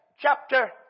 chapter